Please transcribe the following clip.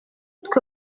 twe